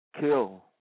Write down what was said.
kill